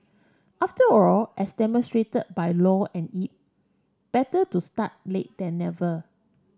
after all as demonstrated by Low and Yip better to start late then never